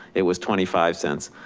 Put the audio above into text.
it was twenty five cents.